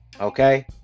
okay